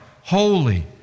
holy